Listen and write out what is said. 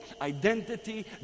identity